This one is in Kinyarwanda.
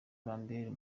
lambert